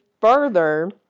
further